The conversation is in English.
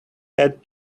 had